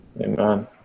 amen